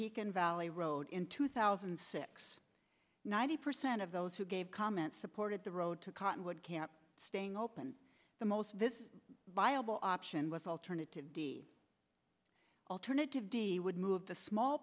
he can valley road in two thousand and six ninety percent of those who gave comments supported the road to cottonwood camp staying open the most viable option with alternative alternative d would move the small